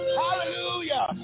hallelujah